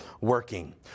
working